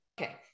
Okay